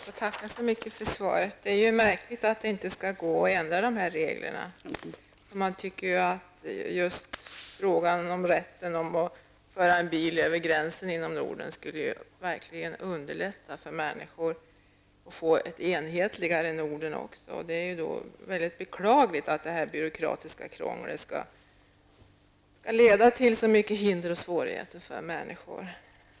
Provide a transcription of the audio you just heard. Herr talman! Jag tackar statsrådet så mycket för svaret. Det är märkligt att det inte skall gå att ändra dessa regler. Det skulle verkligen underlätta för människor om rätten att föra en bil över gränsen inom Norden fastslogs, och det skulle också leda till ett enhetligare Norden. Det är mycket beklagligt att detta byråkratiska krångel skall leda till så många hinder och svårigheter för människor.